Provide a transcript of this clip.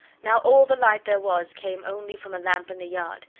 now all the light there was came only from a lamp in the yard,